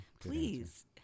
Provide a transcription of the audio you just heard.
Please